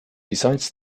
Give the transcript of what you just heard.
besides